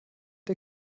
der